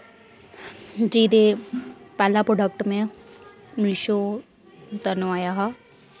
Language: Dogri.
जी ते पैह्ला प्रोडक्ट मै मेशो तु नोआया हा